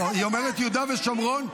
היא אומרת יהודה ושומרון,